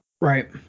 Right